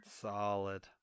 Solid